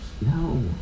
no